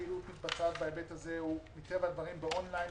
מהפעילות שמתבצעת בהיבט הזה היא מטבע הדברים באון-ליין,